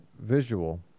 visual